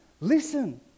listen